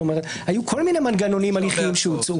היו כל מיני מנגנונים הליכיים שהוצעו.